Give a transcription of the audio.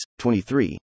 23